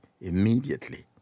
immediately